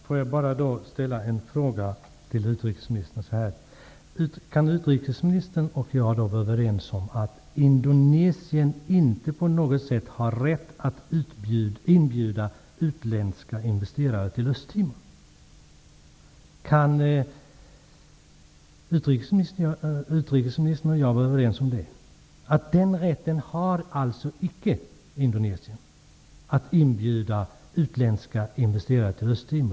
Fru talman! Låt mig bara ställa följande fråga till utrikesministern: Kan utrikesministern och jag vara överens om att Indonesien inte på något sätt har rätt att inbjuda utländska investerare till Östtimor? Kan utrikesministern och jag vara överens om att Indonesien icke har rätt att inbjuda utländska investerare till Östtimor?